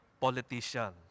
politician